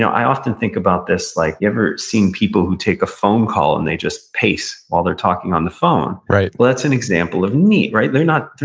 i often think about this, like you ever seen people who take a phone call and they just pace while they're talking on the phone right well that's an example of neat, right. they're not